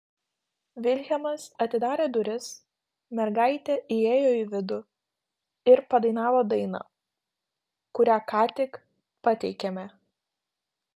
vilhelmas atidarė duris mergaitė įėjo į vidų ir padainavo dainą kurią ką tik pateikėme